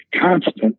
constant